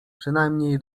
przynajmniej